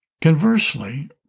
Conversely